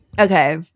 Okay